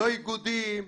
לא איגודים,